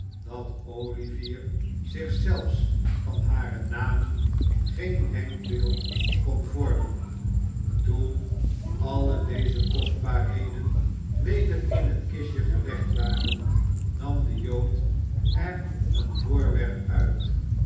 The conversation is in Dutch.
dat olivier zich zelfs van hare namen geen denkbeeld kon vormen toen alle deze kostbaarheden weder in het kistje gelegd waren nam de jood er een voorwerp uit